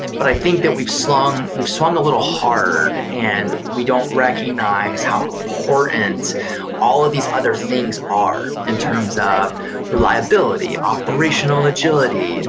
but i think that we've swung we've swung a little hard and we don't recognize how important all of these other things are in terms of reliability, operational agility, and